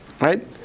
Right